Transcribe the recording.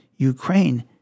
Ukraine